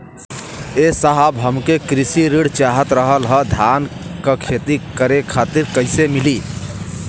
ए साहब हमके कृषि ऋण चाहत रहल ह धान क खेती करे खातिर कईसे मीली?